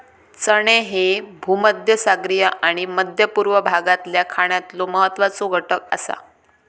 चणे ह्ये भूमध्यसागरीय आणि मध्य पूर्व भागातल्या खाण्यातलो महत्वाचो घटक आसा